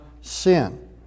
sin